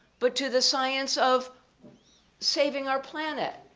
but to the science of saving our planet.